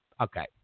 Okay